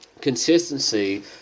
consistency